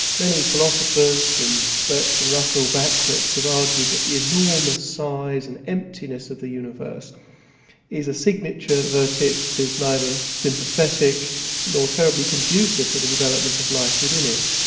many philosophers, from bertrand russell backwards, have argued that the enormous size and emptiness of the universe is a signature that it is neither sympathetic nor terribly conducive to the development of life within it.